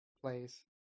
plays